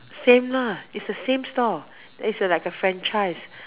same lah is the same store is a like a Franchise